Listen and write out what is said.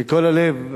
מכל הלב,